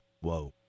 Whoa